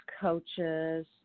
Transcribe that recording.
coaches